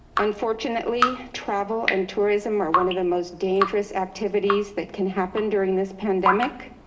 unfortunately, travel and tourism are one of the most dangerous activities that can happen during this pandemic.